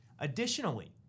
Additionally